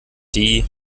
die